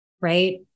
right